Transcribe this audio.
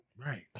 right